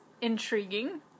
intriguing